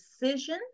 decision